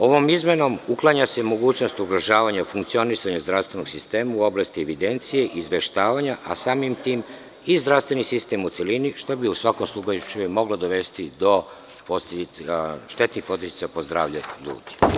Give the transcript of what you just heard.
Ovom izmenom uklanja se mogućnost ugrožavanja funkcionisanja zdravstvenog sistema u oblasti evidencije i izveštavanja, a samim tim i zdravstveni sistem u celini, što bi u svakom slučaju moglo dovesti do štetnih posledica po zdravlje ljudi.